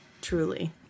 Truly